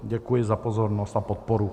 Děkuji za pozornost a podporu.